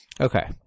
Okay